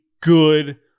good